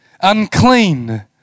Unclean